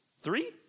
three